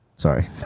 Sorry